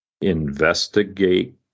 investigate